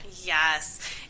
yes